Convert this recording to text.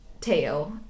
tail